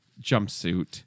jumpsuit